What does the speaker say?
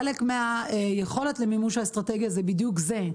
חלק מהיכולת למימוש האסטרטגיה זה בדיוק זה,